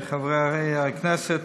חברי הכנסת,